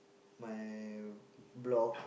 my block